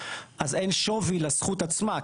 אז אין שווי לזכות עצמה.